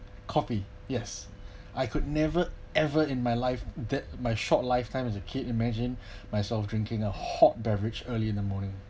coffee yes I could never ever in my life that my short lifetime as a kid imagine myself drinking a hot beverage early in the morning